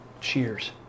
Cheers